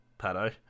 Pato